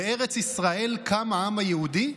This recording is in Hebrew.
"בארץ ישראל קם העם היהודי"?